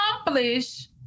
accomplish